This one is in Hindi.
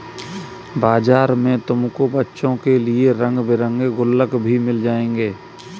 बाजार में तुमको बच्चों के लिए रंग बिरंगे गुल्लक भी मिल जाएंगे